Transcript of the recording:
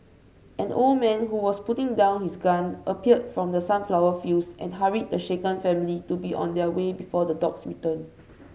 an old man who was putting down his gun appeared from the sunflower fields and hurried the shaken family to be on their way before the dogs return